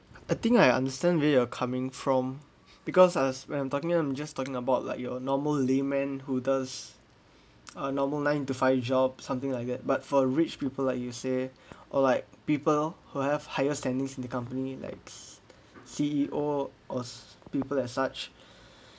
I think I understand where you're coming from because us when I'm talking I'm just talking about like your normal layman who does uh normal nine to five job something like that but for rich people like you say or like people who have higher standards in the company like C_E_O or people as such